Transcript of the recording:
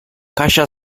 kasia